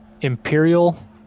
imperial